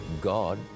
God